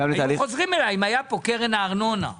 היו חוזרים אליי אם הייתה פה קרן הארנונה למשל.